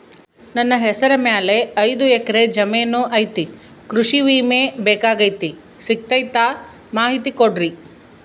ನನ್ನ ಹೆಸರ ಮ್ಯಾಲೆ ಐದು ಎಕರೆ ಜಮೇನು ಐತಿ ಕೃಷಿ ವಿಮೆ ಬೇಕಾಗೈತಿ ಸಿಗ್ತೈತಾ ಮಾಹಿತಿ ಕೊಡ್ರಿ?